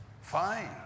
fine